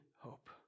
hope